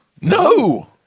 No